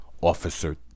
officer